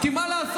כי מה לעשות,